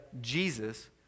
Jesus